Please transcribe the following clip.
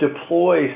deploy